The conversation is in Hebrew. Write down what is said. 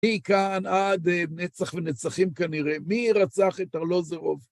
היא כאן עד נצח נצחים כנראה. מי רצח את ארלוזרוב?